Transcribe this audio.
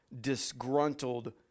disgruntled